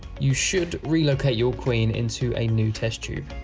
you should relocate your queen into a new test tube.